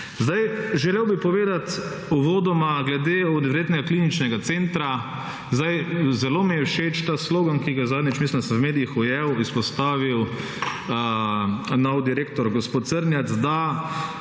Zdaj, želel bi povedati uvodoma glede univerzitetnega kliničnega centra, zdaj zelo mi je všeč ta slogan, ki ga je zadnjič, mislim, da sem v medijih ujel, izpostavil nov direktor, gospod Crnjac, da